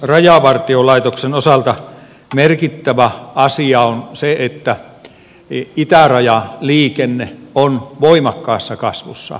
rajavartiolaitoksen osalta merkittävä asia on se että itärajaliikenne on voimakkaassa kasvussa